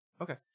Okay